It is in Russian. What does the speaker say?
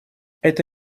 это